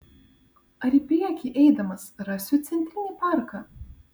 ar į priekį eidamas rasiu centrinį parką